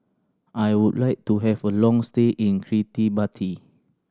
I would like to have a long stay in Kiribati